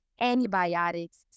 antibiotics